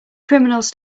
criminals